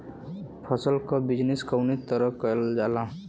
फसल क बिजनेस कउने तरह कईल जाला?